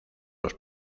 los